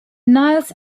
niles